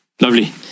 Lovely